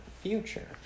future